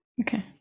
Okay